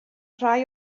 rhai